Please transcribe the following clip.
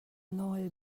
nawl